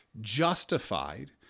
justified